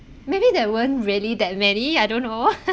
maybe there weren't really that many I don't know